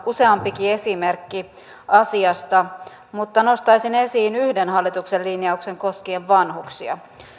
useampikin esimerkki asiasta mutta nostaisin esiin yhden hallituksen linjauksen koskien vanhuksia